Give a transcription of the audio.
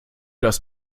das